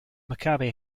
maccabi